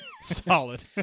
solid